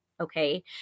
Okay